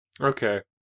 Okay